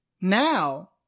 Now